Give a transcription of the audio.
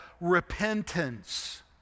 repentance